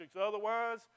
Otherwise